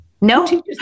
No